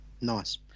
nice